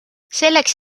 selleks